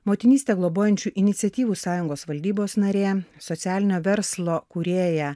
motinystę globojančių iniciatyvų sąjungos valdybos narė socialinio verslo kūrėja